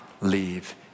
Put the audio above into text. leave